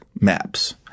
maps